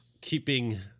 keeping